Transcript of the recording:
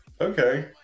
okay